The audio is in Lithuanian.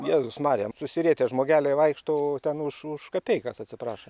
jėzus mariam susirietę žmogeliai vaikšto ten už kapeikas atsiprašant